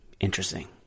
interesting